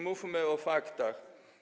Mówmy o faktach.